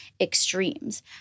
extremes